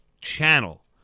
channel